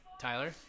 Tyler